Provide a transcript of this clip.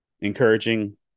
encouraging